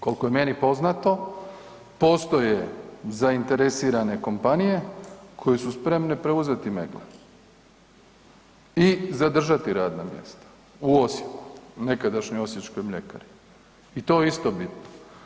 Koliko je meni poznato, postoje zainteresirane kompanije koje su spremne preuzeti Meggle i zadržati radna mjesta u Osijeku, nekadašnjoj osječkoj mljekari i to je isto bitno.